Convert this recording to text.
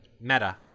Meta